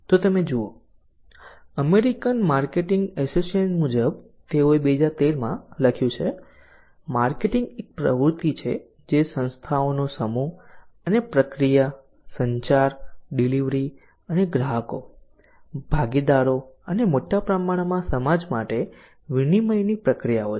તો તમે જુઓ અમેરિકન માર્કેટિંગ એસોસિએશન મુજબ તેઓએ 2013 માં લખ્યું છે માર્કેટિંગ એક પ્રવૃતિ છે જે સંસ્થાઓનો સમૂહ અને પ્રક્રિયા સંચાર ડીલીવરી અને ગ્રાહકો ભાગીદારો અને મોટા પ્રમાણમાં સમાજ માટે વિનિમય ની પ્રક્રિયાઓ છે